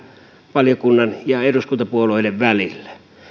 valiokunnan ja eduskuntapuolueiden välillä